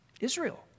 Israel